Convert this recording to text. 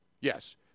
Yes